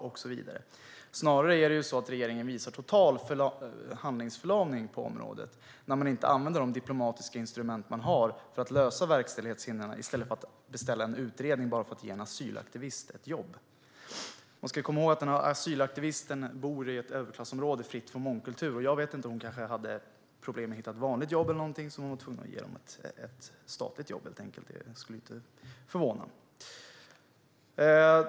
Regeringen visar snarare total handlingsförlamning på området, när man inte använder de diplomatiska instrument som finns för att lösa verkställighetshindren. I stället beställer man en utredning bara för att ge en asylaktivist ett jobb. Man ska komma ihåg att den här asylaktivisten bor i ett överklassområde fritt från mångkultur. Jag vet inte, men hon kanske hade problem med att hitta ett vanligt jobb eller något sådant så därför var man helt enkelt tvungen att ge henne ett statligt jobb. Det skulle inte förvåna.